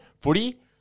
footy